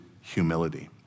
humility